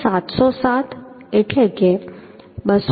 707 એટલે કે 2